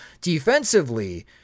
defensively